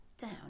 down